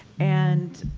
and